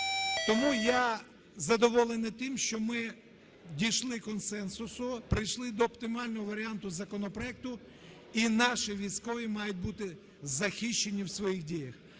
Тому я задоволений тим, що ми дійшли консенсусу, прийшли до оптимального варіанту законопроекту, і наші військові мають бути захищені у своїх діях,